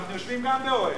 גם אנחנו יושבים באוהל.